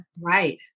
Right